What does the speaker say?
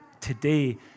today